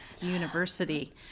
University